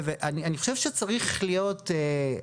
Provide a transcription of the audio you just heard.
אני חושב שצריך להיות,